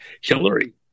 Hillary